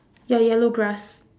ya yellow grass